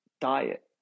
diet